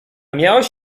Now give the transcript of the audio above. miałeś